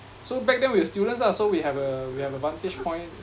so back then we were students lah so we have a we have a vantage point